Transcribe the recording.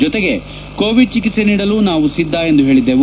ಜೊತೆಗೆ ಕೋವಿಡ್ ಚಿಕಿತ್ಸೆ ನೀಡಲು ನಾವು ಸಿದ್ದ ಎಂದು ಹೇಳಿದ್ದೆವು